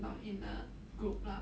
not in a group lah